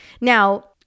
Now